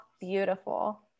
beautiful